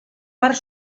part